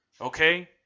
Okay